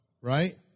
right